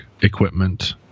equipment